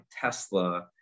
Tesla